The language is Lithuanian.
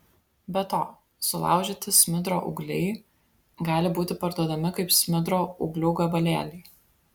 be to sulaužyti smidro ūgliai gali būti parduodami kaip smidro ūglių gabalėliai